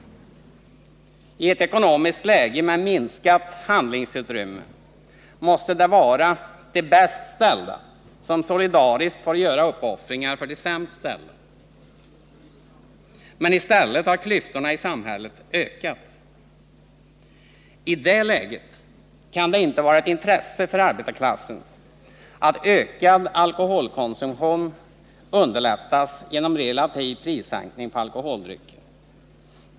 I ett ekonomiskt läge med minskat handlingsutrymme måste det vara de bäst ställda som solidariskt får göra uppoffringar för de sämst ställda, men i stället har klyftorna i samhället ökat. I det läget kan det inte vara ett intresse för arbetarklassen att ökad alkoholkonsumtion underlättas genom en relativ sänkning av priserna på alkoholdrycker.